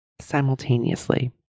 simultaneously